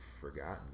forgotten